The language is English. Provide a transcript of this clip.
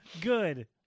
good